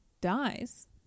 dies